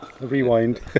Rewind